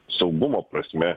saugumo prasme